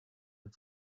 and